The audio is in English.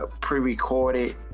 pre-recorded